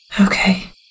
Okay